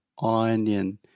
onion